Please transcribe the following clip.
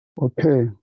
Okay